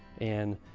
and